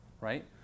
right